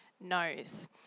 knows